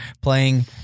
playing